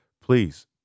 Please